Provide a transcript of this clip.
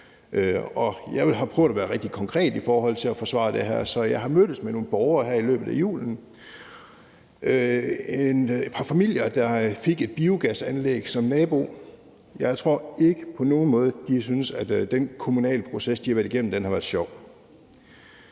Jeg har prøvet at være rigtig konkret i forhold til at forsvare det her, så jeg har mødtes med nogle borgere her i løbet af julen, nemlig et par familier, der fik et biogasanlæg som nabo. Jeg tror ikke på nogen måde, de har syntes, at den kommunale proces, de har været igennem, har været sjov.